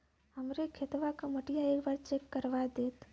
हमरे खेतवा क मटीया एक बार चेक करवा देत?